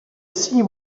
see